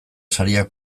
sariak